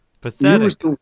Pathetic